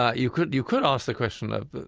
ah you could you could ask the question ah that,